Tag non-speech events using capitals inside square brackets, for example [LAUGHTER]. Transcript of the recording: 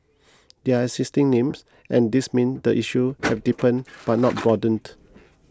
they are existing names and this means the issue [NOISE] has deepened but not broadened